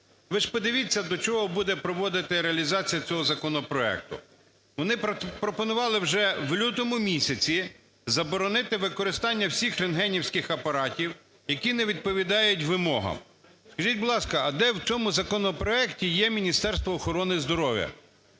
Ви ж подивіться, до чого буде приводити реалізація цього законопроекту. Вони пропонували вже в лютому місяці заборонити використання всіх рентгенівських апаратів, які не відповідають вимогам. Скажіть, будь ласка, а де в цьому законопроекті є Міністерство охорони здоров'я?